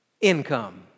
income